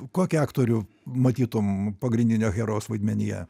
kokį aktorių matytum pagrindinio herojaus vaidmenyje